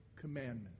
commandment